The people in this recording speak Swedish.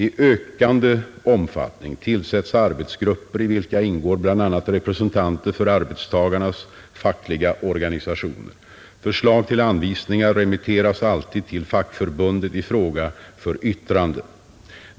I ökande omfattning tillsätts arbetsgrupper, i vilka ingår bl.a. representanter för arbetstagarnas fackliga organisationer. Förslag till anvisningar remitteras alltid till fackförbundet i fråga för yttrande.